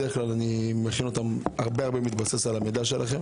אני בדרך כלל מתבסס רבות על המידע שלכם.